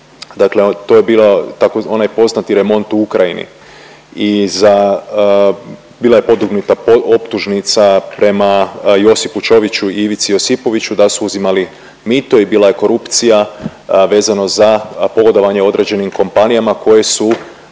dakle to je bio onaj poznati remont u Ukrajini. Bila je podignuta optužnica prema Josipu Ćoviću i Ivici Josipoviću da su uzimali mito i bila je korupcija vezano za pogodovanje o određenim kompanijama koje su